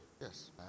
Yes